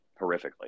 horrifically